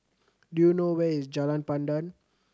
do you know where is Jalan Pandan